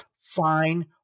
fine